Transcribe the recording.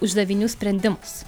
uždavinių sprendimus